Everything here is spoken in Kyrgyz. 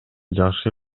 жакшы